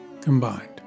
combined